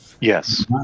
Yes